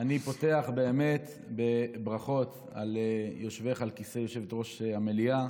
אני פותח בברכות על יושבך על כיסא יושבת-ראש המליאה.